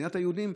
במדינת היהודים.